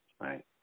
right